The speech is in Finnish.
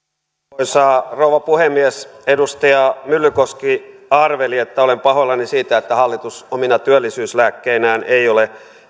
arvoisa rouva puhemies edustaja myllykoski arveli että olen pahoillani siitä että hallitus omina työllisyyslääkkeinään ei ole